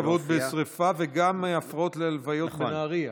מערך הכבאות בשרפה וגם הפרעות ללוויות בנהריה.